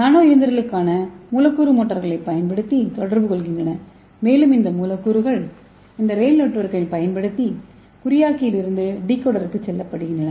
நானோ இயந்திரங்கள் மூலக்கூறு மோட்டார்களைப் பயன்படுத்தி தொடர்பு கொள்கின்றன மேலும் இந்த மூலக்கூறுகள் இந்த ரெயில் நெட்வொர்க்கைப் பயன்படுத்தி குறியாக்கியிலிருந்து டிகோடருக்கு கொண்டு செல்லப்படுகின்றன